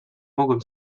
mogłem